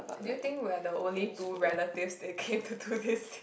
do you think we're the only two relatives that came to do this thing